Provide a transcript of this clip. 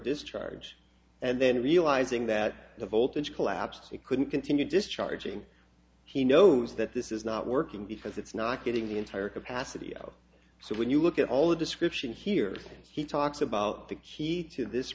discharge and then realizing that the voltage collapsed he couldn't continue discharging he knows that this is not working because it's not getting the entire capacity out so when you look at all the description here he talks about the key to this